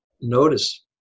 notice